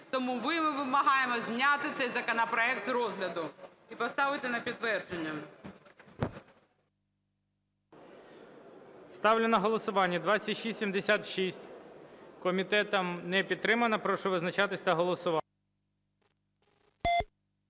Тому ми вимагаємо зняти цей законопроект з розгляду і поставити на підтвердження. ГОЛОВУЮЧИЙ. Ставлю на голосування 2676. Комітетом не підтримано. Прошу визначатись та голосувати.